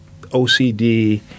OCD